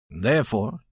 Therefore